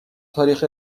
تاریخ